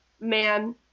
Man